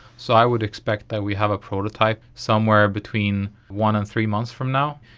so i would expect that we have a prototype somewhere between one and three months from now.